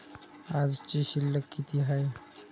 आजची शिल्लक किती हाय?